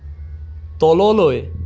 তললৈ